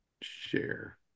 share